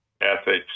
ethics